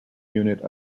unit